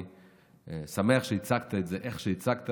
אני שמח שהצגת את זה איך שהצגת,